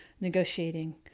negotiating